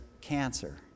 cancer